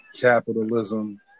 capitalism